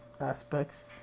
aspects